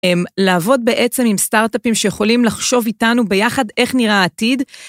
לעבוד בעצם עם סטארט-אפים שיכולים לחשוב איתנו ביחד איך נראה העתיד.